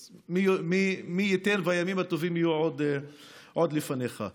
אז מי ייתן והימים הטובים יהיו עוד לפניך.